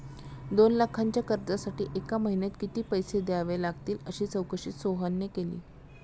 दोन लाखांच्या कर्जासाठी एका महिन्यात किती पैसे द्यावे लागतील अशी चौकशी सोहनने केली